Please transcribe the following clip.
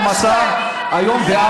למה לא,